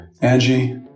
Angie